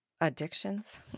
Addictions